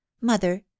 Mother